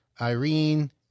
Irene